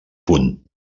punt